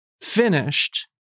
finished